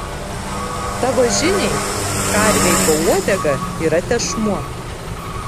tavo žiniai karvei po uodega yra tešmuo